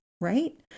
right